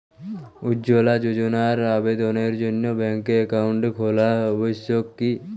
উজ্জ্বলা যোজনার আবেদনের জন্য ব্যাঙ্কে অ্যাকাউন্ট খোলা আবশ্যক কি?